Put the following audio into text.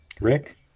Rick